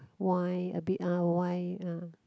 wine a bit ah wine uh